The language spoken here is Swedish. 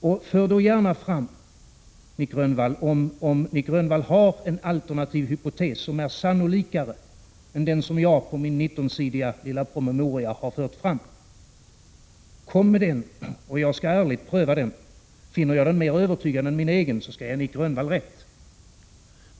Om Nic Grönvall har en alternativ hypotes som är sannolikare än den som jag på min 19-sidiga lilla promemoria har fört fram, så kom med den och jag skall ärligt pröva den. Finner jag den mer övertygande än min egen, så skall jag ge Nic Grönvall rätt.